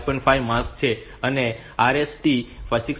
5 mask છે આ RST 6